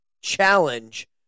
challenge